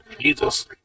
Jesus